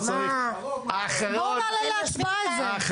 לא צריך מדליה, הוא אומר שיקול דעת.